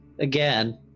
Again